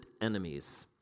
enemies